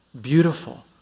beautiful